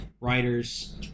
writers